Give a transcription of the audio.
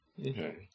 Okay